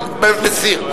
מסיר.